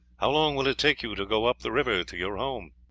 how long will it take you to go up the river to your home?